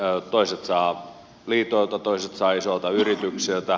toiset saavat liitoilta toiset saavat isoilta yrityksiltä